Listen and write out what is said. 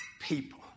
people